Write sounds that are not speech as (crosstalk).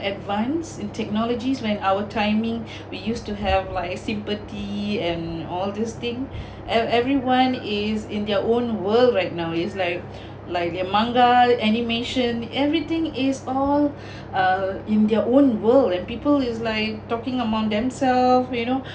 advanced in technologies when our timing (breath) we used to have like sympathy and all this thing (breath) and everyone is in their own world right now it's like like their manga animation everything is all (breath) uh in their own world and people is like talking among themselves you know